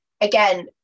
again